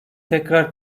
tekrar